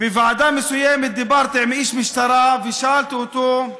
בוועדה מסוימת, דיברתי עם איש משטרה ושאלתי אותו: